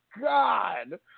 God